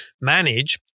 manage